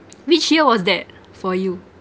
which year was that for you